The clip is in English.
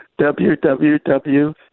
www